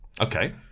Okay